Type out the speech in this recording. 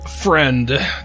friend